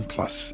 Plus